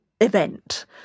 event